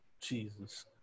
Jesus